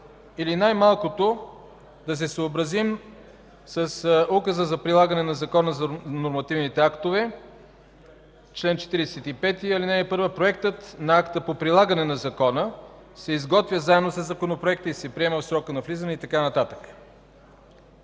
или най-малкото да се съобразим с указа за прилагане на Закона за нормативните актове – чл. 45, ал. 1, Проектът на акта по прилагане на Закона се изготвя заедно със Законопроекта и се приема от срока на влизане и така нататък?